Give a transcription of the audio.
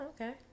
okay